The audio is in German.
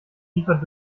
liefert